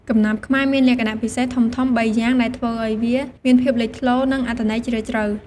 កំណាព្យខ្មែរមានលក្ខណៈពិសេសធំៗបីយ៉ាងដែលធ្វើឱ្យវាមានភាពលេចធ្លោ និងអត្ថន័យជ្រាលជ្រៅ។